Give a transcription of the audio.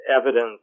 evidence